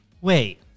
Wait